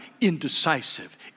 indecisive